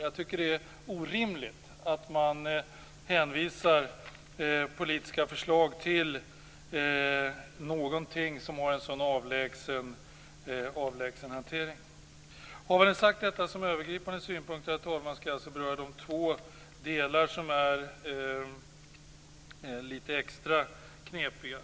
Jag tycker att det är orimligt att man hänvisar politiska förslag till något som har en så avlägsen hantering. Detta var några övergripande synpunkter. Därefter skall jag beröra de två delar som är litet extra knepiga.